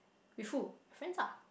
with who friends ah